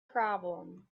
problem